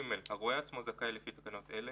לקבלת תעודת (ג) הרואה עצמו זכאי לפי תקנות אלה,